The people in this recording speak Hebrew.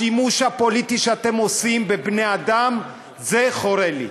השימוש הפוליטי שאתם עושים בבני-אדם חורה לי,